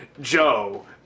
Joe